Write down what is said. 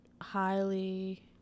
highly